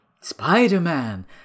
Spider-Man